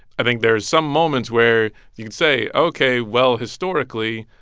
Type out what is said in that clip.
i think there's some moments where you could say, ok, well, historically,